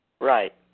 Right